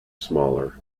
smaller